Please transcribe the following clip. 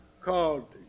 called